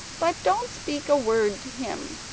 but don't speak a word to him.